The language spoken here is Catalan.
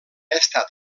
estat